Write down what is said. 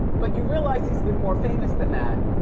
but you realize he's been more famous than that.